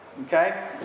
Okay